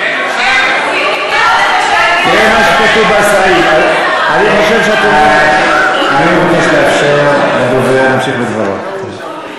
אני מבקש לאפשר לדובר להמשיך בדבריו.